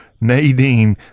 nadine